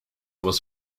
was